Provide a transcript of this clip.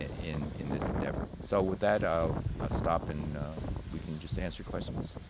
in in this endeavor. so with that, i'll stop and we can just answer questions.